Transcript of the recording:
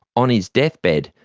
on his deathbed,